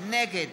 נגד